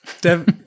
Dev